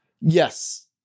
Yes